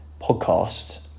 podcast